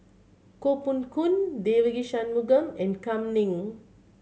Koh Poh Koon Devagi Sanmugam and Kam Ning